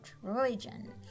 Trojan